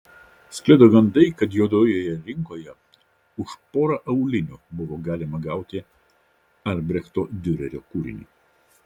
sklido gandai kad juodojoje rinkoje už porą aulinių buvo galima gauti albrechto diurerio kūrinį